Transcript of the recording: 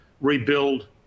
rebuild